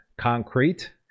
concrete